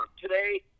Today